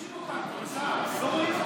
לא פוגשים אותם, כבוד השר, לא רואים אותם.